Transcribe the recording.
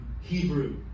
Hebrew